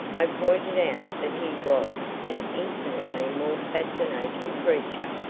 i pointed out that he was an infinitely more fascinating creature,